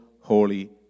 holy